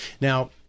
Now